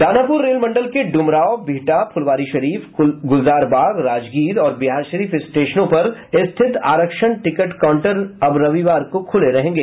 Danapur rail मंडल के डुमरांव बिहटा फुलवारीशरीफ गुलजारबाग राजगीर और बिहारशरीफ स्टेशनों पर स्थित आरक्षण टिकट काउंटर अब रविवार को खुले रहेंगे